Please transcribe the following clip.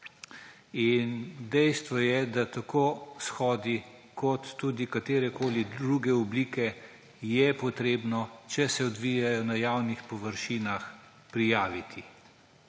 Dejstvo je, da tako shode kot tudi katerekoli druge oblike je treba, če se odvijejo na javnih površinah, prijaviti.